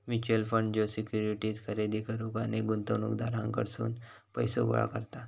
mutual fund ज्यो securities खरेदी करुक अनेक गुंतवणूकदारांकडसून पैसो गोळा करता